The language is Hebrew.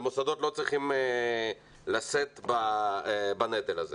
ומוסדות לא צריכים לשאת בנטל הזה.